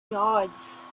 yards